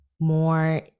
more